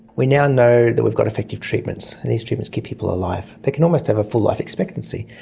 we now know that we've got effective treatments and these treatments keep people alive. they can almost have a full life expectancy.